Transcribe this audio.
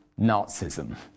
Nazism